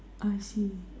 I see